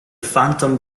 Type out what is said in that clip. phantom